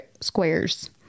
Squares